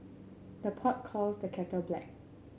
the pot calls the kettle black